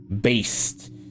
beast